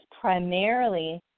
primarily